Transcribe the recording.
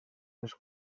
els